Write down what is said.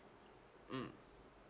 mm